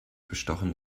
bestochen